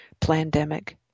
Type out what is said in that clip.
pandemic